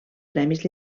premis